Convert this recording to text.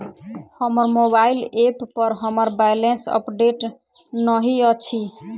हमर mobile app पर हमर बैलेंस अपडेट नहि अछि